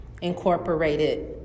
Incorporated